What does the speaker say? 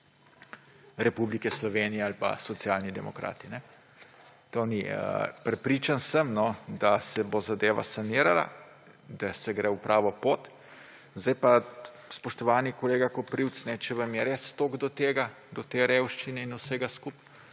Republike Slovenije ali pa Socialni demokrati. Prepričan sem, da se bo zadeva sanirala, da se gre v pravo pot. Sedaj pa, spoštovani kolega Koprivc, če vam je res toliko do tega, do te revščine in vsega skupaj,